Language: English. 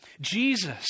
Jesus